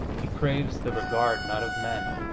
he craves the regard, not of men,